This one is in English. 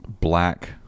black